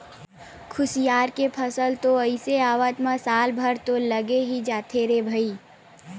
खुसियार के फसल तो अइसे आवत म साल भर तो लगे ही जाथे रे भई